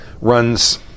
runs